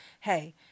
Hey